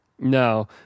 no